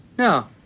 No